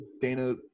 Dana